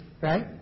right